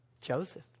Joseph